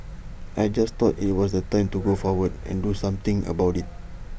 I just thought IT was the time to go forward and do something about IT